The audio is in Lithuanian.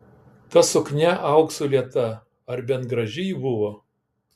ta suknia auksu lieta ar bent graži ji buvo